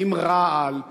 עם רעל,